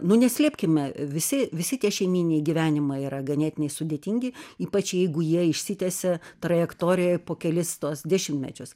nu neslėpkime visi visi tie šeimyniniai gyvenimai yra ganėtinai sudėtingi ypač jeigu jie išsitiesia trajektorijoj po kelis tuos dešimtmečius